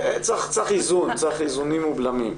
צריך איזונים ובלמים.